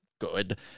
good